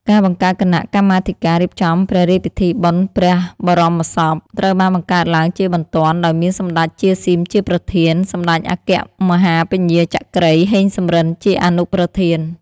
ការបង្កើតគណៈកម្មាធិការរៀបចំព្រះរាជពិធីបុណ្យព្រះបរមសព ត្រូវបានបង្កើតឡើងជាបន្ទាន់ដោយមានសម្តេច ជា ស៊ីម ជាប្រធាន សម្តេចអគ្គមហាពញាចក្រី ហេង សំរិន ជាអនុប្រធាន ។